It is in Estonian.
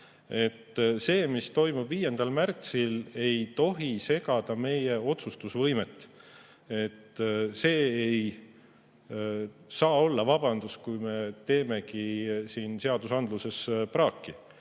See, mis toimub 5. märtsil, ei tohi segada meie otsustusvõimet. See ei saa olla vabandus, kui me teeme siin seadusandluses praaki.